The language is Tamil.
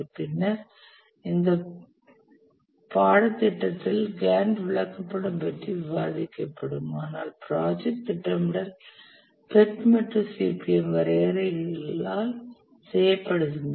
பின்னர் இந்த பாடத்திட்டத்தில் கேன்ட் விளக்கப்படம் பற்றி விவாதிக்கப்படும் ஆனால் ப்ராஜெக்ட் திட்டமிடல் PERT மற்றும் CPM வரைபடங்களால் செய்யப்படுகிறது